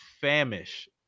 famish